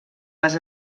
les